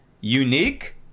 unique